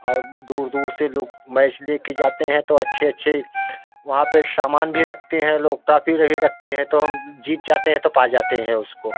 और दूर दूर से लोग मैच देखकर जाते हैं तो अच्छे अच्छे वहाँ पर सामान भी रखते हैं लोग ट्रॉफी रही रखते हैं तो हम जीत जाते हैं तो पा जाते हैं उसको